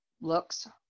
looks